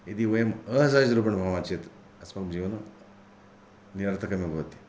यदि वयं असहजरूपेण भवामः चेत् अस्माकं जीवनं निरर्थकमेव भवति